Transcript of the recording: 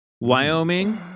Wyoming